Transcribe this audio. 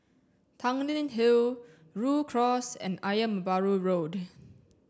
Tanglin Hill Rhu Cross and Ayer Merbau Road